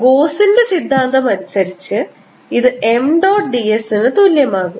ഗോസിന്റെ സിദ്ധാന്തമനുസരിച്ച് ഇത് M dot d s ന് തുല്യമാകും